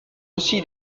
aussi